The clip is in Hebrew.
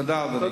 תודה, אדוני.